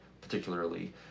particularly